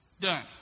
Done